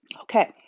Okay